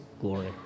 glory